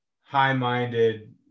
high-minded